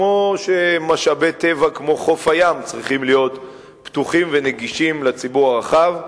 כמו שמשאבי טבע כמו חוף הים צריכים להיות פתוחים ונגישים לציבור הרחב.